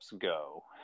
go